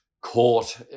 court